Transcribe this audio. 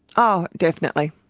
oh definitely,